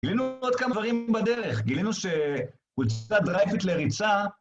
גילינו עוד כמה דברים בדרך. גילינו שפולקציה דרייפית להריצה.